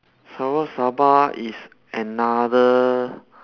sarawak sabah is another